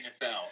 NFL